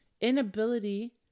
inability